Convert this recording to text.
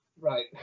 right